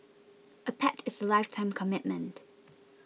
a pet is a lifetime commitment